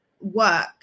work